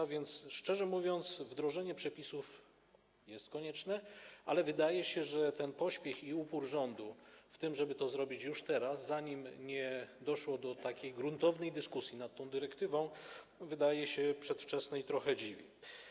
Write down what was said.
A więc, szczerze mówiąc, wdrożenie przepisów jest konieczne, ale wydaje się, że ten pośpiech i upór rządu w tym, żeby to zrobić już teraz, zanim dojdzie do takiej gruntownej dyskusji nad tą dyrektywą, wydaje się przedwczesne i trochę dziwi.